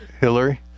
Hillary